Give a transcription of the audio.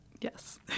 yes